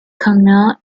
camille